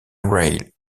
rail